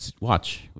watch